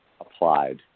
applied